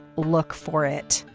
look for it.